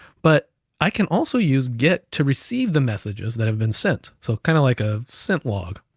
but i can also use get to receive the messages that have been sent. so kind of like a sent log.